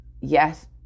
yes